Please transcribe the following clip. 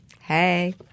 Hey